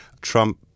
Trump